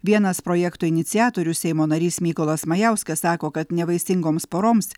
vienas projekto iniciatorių seimo narys mykolas majauskas sako kad nevaisingoms poroms